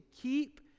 keep